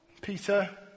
Peter